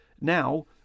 Now